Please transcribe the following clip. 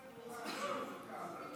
תאמין